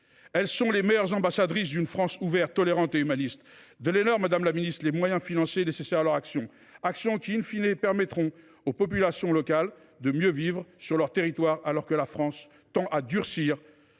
Elles sont les meilleures ambassadrices d’une France ouverte, tolérante et humaniste. Donnez leur, madame la ministre, les moyens financiers nécessaires à leur action ! Celle ci permet en effet aux populations locales de mieux vivre sur leurs territoires, alors que la France tend à durcir,